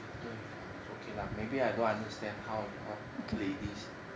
the glitter with flowers okay lah maybe I don't understand how you all ladies